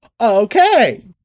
okay